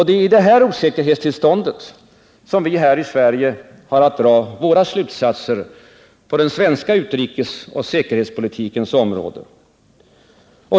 Det är i detta osäkerhetstillstånd som vi har att dra våra slutsatser på den svenska utrikesoch säkerhetspolitikens område.